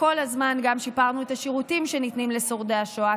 כל הזמן גם שיפרנו את השירותים שניתנים לשורדי השואה,